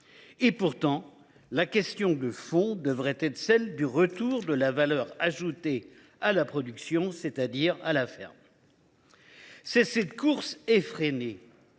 Et pourtant, la question de fond devrait être celle du retour de la valeur ajoutée à la production, c’est à dire à la ferme. C’est cette course effrénée,